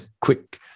quick